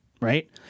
right